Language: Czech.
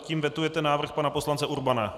Tím vetujete návrh pana poslance Urbana.